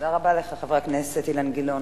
תודה רבה לך, חבר הכנסת אילן גילאון.